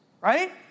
right